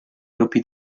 gruppi